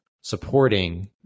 supporting